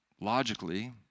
logically